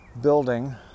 building